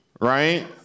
right